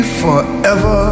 forever